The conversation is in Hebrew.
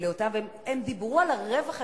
הם דיברו על הרווח הגדול,